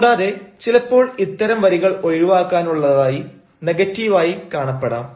കൂടാതെ ചിലപ്പോൾ ഇത്തരം വരികൾ ഒഴിവാക്കാനുള്ളതായി നെഗറ്റീവായി കാണപ്പെടാം